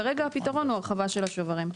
כרגע הפתרון הוא הרחבה של השוברים.